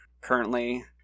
currently